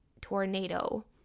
tornado